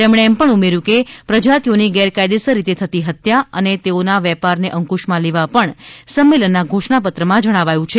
તેમણે એમ પણ ઉમેર્યું કે પ્રજાતિઓની ગેરકાયદેસર રીતે થતી હત્યા અને તેઓના વેપારને અંક્રશમાં લેવા પણ સંમેલનના ઘોષણાપત્રમાં જણાવાયું છે